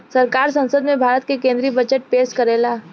सरकार संसद में भारत के केद्रीय बजट पेस करेला